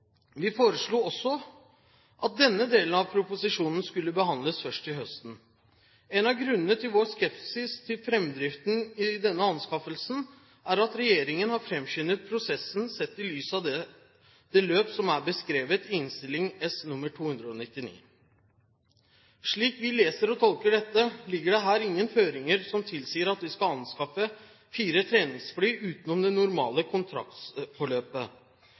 Vi foreslo også at denne delen av proposisjonen skulle behandles først til høsten. En av grunnene til vår skepsis til fremdriften i denne anskaffelsen er at regjeringen har fremskyndet prosessen sett i lys av det løp som er beskrevet i Innst. S. nr. 299 for 2008–2009. Slik vi leser og tolker dette, ligger det her ingen føringer som tilsier at vi skal anskaffe fire treningsfly utenom det normale kontraktsforløpet.